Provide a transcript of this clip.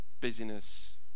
busyness